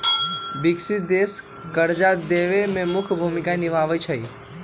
विकसित देश कर्जा देवे में मुख्य भूमिका निभाई छई